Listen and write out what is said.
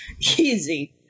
easy